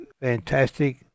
fantastic